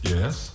Yes